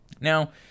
now